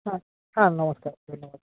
হ্যাঁ হ্যাঁ নমস্কার ধন্যবাদ